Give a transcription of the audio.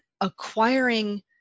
acquiring